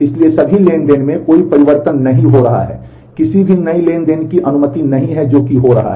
इसलिए सभी ट्रांज़ैक्शन में कोई परिवर्तन नहीं हो रहा है किसी भी नए ट्रांज़ैक्शन की अनुमति नहीं है जो कि हो रहा है